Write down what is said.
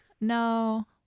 no